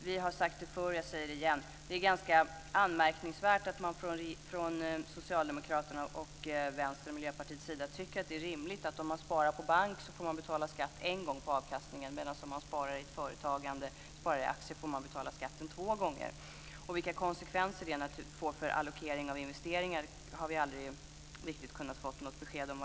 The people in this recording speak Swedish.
Vi har sagt det förr, och jag säger det igen, att det är ganska anmärkningsvärt att man från Socialdemokraternas, Vänsterns och Miljöpartiets sida tycker att det är rimligt att om man sparar i bank så får man betala skatt en gång på avkastningen, men om man sparar i ett företagande eller i aktier får man betala skatten två gånger. Vilka konsekvenser de själva tror att det får för allokering av investeringar har vi aldrig riktigt kunnat få något besked om.